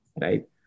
right